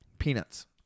Peanuts